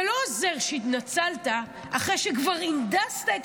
זה לא עוזר שהתנצלת אחרי שכבר הנדסת את